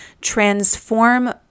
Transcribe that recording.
transform